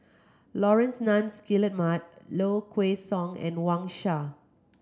Laurence Nunns Guillemard Low Kway Song and Wang Sha